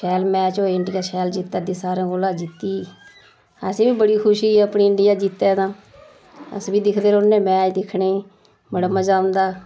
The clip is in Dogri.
शैल मैच होएआ इंडिया शैल जित्ता दी सारे कोलां जित्ती असें बी बड़ी खुशी ऐ अपनी इंडिया जित्तै तां अस बी दिखदे रौह्न्ने मैच दिक्खने ई बड़ा मजा औंदा